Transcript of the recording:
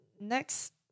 Next